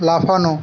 লাফানো